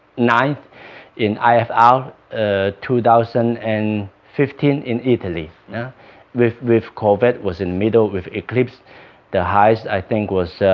ninth in i have ah two thousand and fifteen in italy yeah with with covet was in middle with eclipse the highest i think was